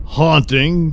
haunting